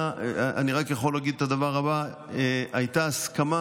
ואני רק יכול להגיד את הדבר הבא: הייתה הסכמה